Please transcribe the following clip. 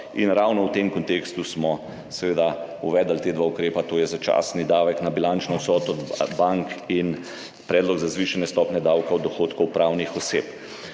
Ravno v tem kontekstu smo uvedli ta dva ukrepa, to je začasni davek na bilančno vsoto bank in predlog za zvišanje stopnje davka od dohodkov pravnih oseb.